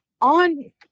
on